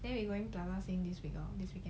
then we going plaza sing this week err this weekend